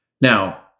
Now